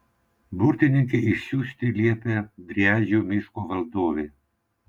burtininkę išsiųsti liepė driadžių miško valdovė